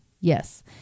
Yes